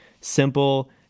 simple